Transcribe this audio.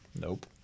Nope